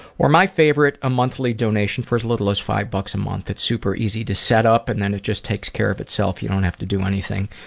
or my favorite, a once-a-month like donation for as little as five bucks a month. it's super easy to set up and then it just takes care of itself, you don't have to do anything.